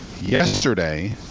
yesterday –